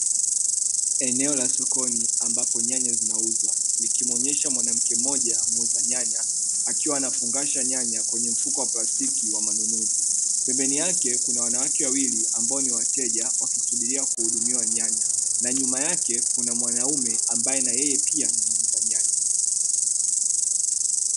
Eneo la sokoni ambapo nyanya zinauzwa, likimuonyesha mwanamke mmoja muuza nyanya, akiwa anafungasha nyanya kwenye mfuko wa plastiki wa manunuzi. Pembeni yake kuna wanawake wawili ambao ni wateja, wakisubiria kuhudumiwa nyanya, na nyuma yake kuna mwanaume ambaye na yeye pia anauza nyanya.